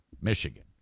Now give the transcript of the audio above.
Michigan